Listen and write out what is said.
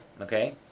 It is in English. Okay